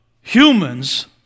humans